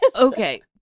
Okay